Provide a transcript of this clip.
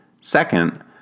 Second